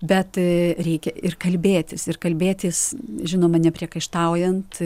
bet reikia ir kalbėtis ir kalbėtis žinoma nepriekaištaujant